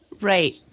Right